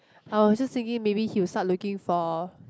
I was just thinking maybe he will start looking for